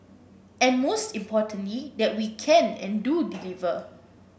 and most importantly that we can and do deliver